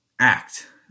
act